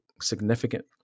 significant